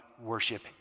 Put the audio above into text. worship